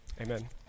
amen